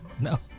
No